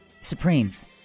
supremes